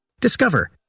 Discover